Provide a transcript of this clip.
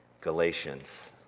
Galatians